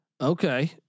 Okay